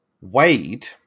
Wade